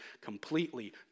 completely